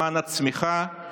למען הצמיחה,